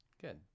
Good